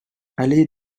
allée